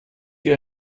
wie